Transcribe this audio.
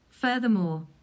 Furthermore